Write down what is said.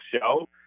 show